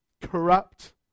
corrupt